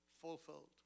fulfilled